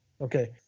Okay